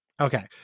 Okay